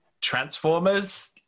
Transformers